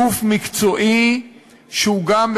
גוף מקצועי שהוא גם,